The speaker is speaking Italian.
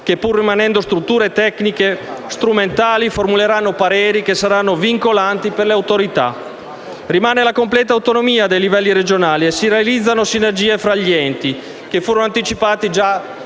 che, pur rimanendo strutture tecniche strumentali, formuleranno pareri che saranno vincolanti per le autorità. Rimane la completa autonomia dei livelli regionali e si realizzano sinergie tra gli enti, che furono anticipate con la